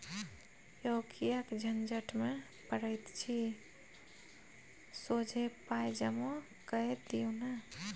यौ किएक झंझट मे पड़ैत छी सोझे पाय जमा कए दियौ न